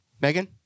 Megan